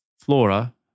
flora